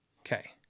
okay